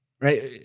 right